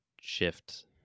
shift